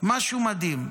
משהו מדהים.